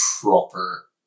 proper